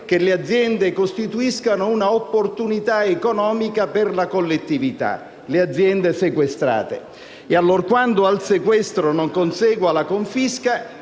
che le aziende costituiscano una opportunità economica per la collettività, e, allorquando al sequestro non consegua la confisca,